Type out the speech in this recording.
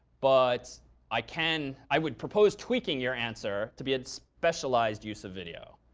but i can i would propose tweaking your answer to be a specialized use of video.